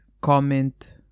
comment